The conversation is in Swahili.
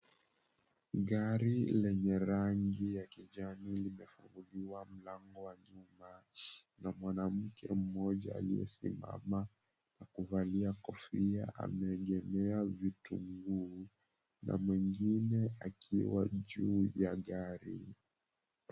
Gari lenye rangi ya kijani limefunguliwa mlango wa nyuma na mwanamke mmoja aliyesimama na kuvalia kofia ameegemea vitunguu na mwingine akiwa juu ya gari.